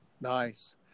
Nice